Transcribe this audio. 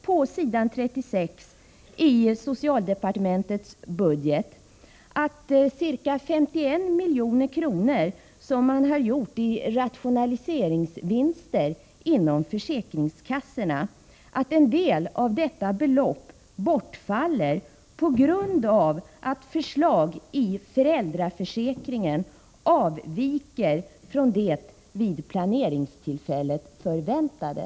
På s. 36 i socialdepartementets bilaga nämner man 51 milj.kr. i rationaliseringsvinster inom försäkringskassorna och säger sedan att en del av det beloppet bortfaller på grund av att regeringens förslag beträffande föräldraförsäkring m.m. ”avviker från det vid planeringstillfället förväntade”.